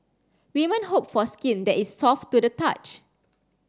women hope for skin that is soft to the touch